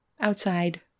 outside